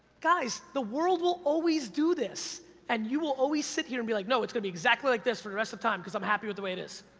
guys, the world will always do this and you will always sit here and be like, no, it's gonna be exactly like this for the rest of time cause i'm happy with the way it is.